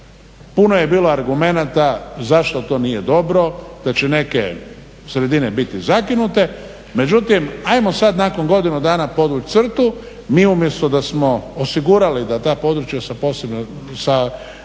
Puno je bilo argumenata zašto to nije dobro, da će neke sredine biti zakinute međutim ajmo sad nakon godinu dana podvući crtu, mi umjesto da smo osigurali da ta područja od posebne